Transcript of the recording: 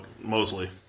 mostly